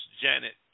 Janet